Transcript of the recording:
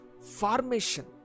formation